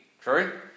True